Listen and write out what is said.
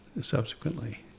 subsequently